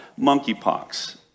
Monkeypox